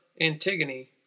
Antigone